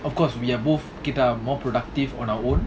of course we are both good கேட்டா:keta more productive on our own